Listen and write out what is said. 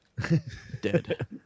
Dead